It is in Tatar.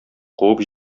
куып